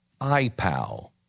iPal